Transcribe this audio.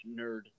Nerd